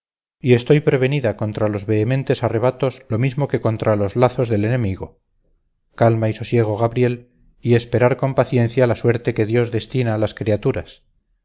y estoy prevenida contra los vehementes arrebatos lo mismo que contra los lazos del enemigo calma y sosiego gabriel y esperar con paciencia la suerte que dios destina a las criaturas